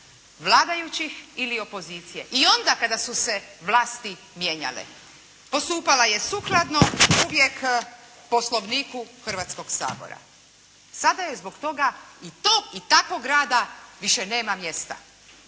vladajućih ili opozicije. I onda kada su se vlasti mijenjale. Postupala je sukladno, uvijek Poslovniku Hrvatskog sabora. Sada je zbog toga i to i takvog rada više nema mjesta.